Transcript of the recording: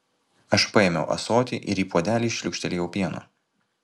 aš paėmiau ąsotį ir į puodelį šliūkštelėjau pieno